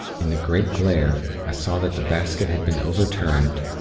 in the great glare, i saw that the basket had been overturned,